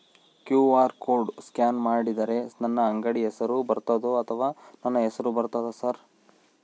QR code scan ಮಾಡಿದರೆ ನನ್ನ ಅಂಗಡಿ ಹೆಸರು ಬರ್ತದೋ ಅಥವಾ ನನ್ನ ಹೆಸರು ಬರ್ತದ ಸರ್?